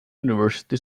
university